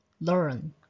learn